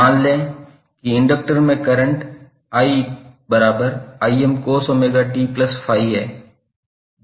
मान लें कि इंडक्टर में करंट 𝑖cos𝜔𝑡∅ है